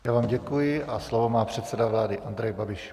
Já vám děkuji a slovo má předseda vlády Andrej Babiš.